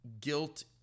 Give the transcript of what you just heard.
guilt